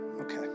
okay